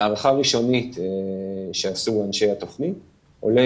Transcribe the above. מהערכה ראשונית שעשו אנשי התוכנית עולה